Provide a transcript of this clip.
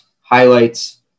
highlights